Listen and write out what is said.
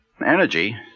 Energy